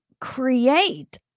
create